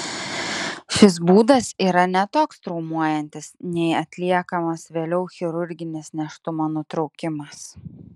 šis būdas yra ne toks traumuojantis nei atliekamas vėliau chirurginis nėštumo nutraukimas